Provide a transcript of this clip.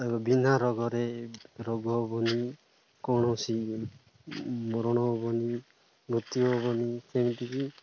ତା' ବିିନା ରୋଗରେ ରୋଗ ହେବନି କୌଣସି ମରଣ ହେବନି ନୃତ୍ୟ ହେବନି ସେମିତିକି